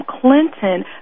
Clinton